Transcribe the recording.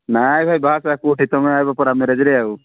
ନାହିଁ ଭାଇ ବାହା ସାହା କେଉଁଠି ତମେ ଆସିବ ପରା ମ୍ୟାରେଜ୍ରେ ଆଉ